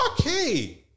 okay